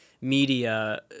media